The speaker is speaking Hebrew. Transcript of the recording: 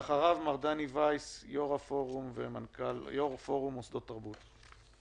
ואחריו מה דני וייס, יו"ר פורום מוסדות תרבות.